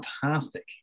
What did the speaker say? fantastic